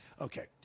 Okay